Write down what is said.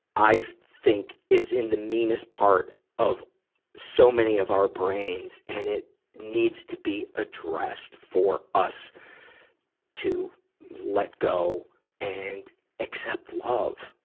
i think is in the meanest part of so many of our brains, and it needs to be addressed for us to let go and accept love.